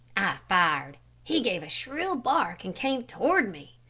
fired. he gave a shrill bark, and came toward me.